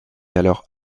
alors